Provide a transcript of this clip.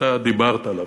שאתה דיברת עליו.